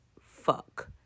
fuck